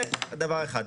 זה דבר אחד.